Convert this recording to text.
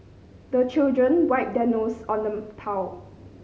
the children wipe their nose on the towel